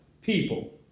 people